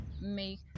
make